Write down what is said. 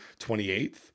28th